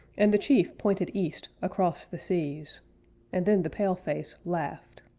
and the chief pointed east across the seas and then the pale-face laughed.